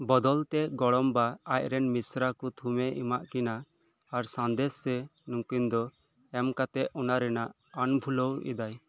ᱵᱚᱫᱚᱞ ᱛᱮ ᱜᱚᱲᱚᱢ ᱵᱟ ᱟᱡ ᱨᱮᱱ ᱢᱤᱥᱨᱟ ᱠᱚ ᱛᱷᱩᱢᱮ ᱮᱢᱟᱜ ᱠᱤᱱᱟ ᱟᱨ ᱥᱟᱸᱫᱮᱥ ᱥᱮ ᱱᱩᱝᱠᱤᱱ ᱫᱚ ᱮᱢ ᱠᱟᱛᱮᱫ ᱚᱱᱟ ᱨᱮᱱᱟᱜ ᱟᱱᱵᱷᱩᱞᱟᱹᱣ ᱮᱫᱟᱭ